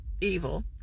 evil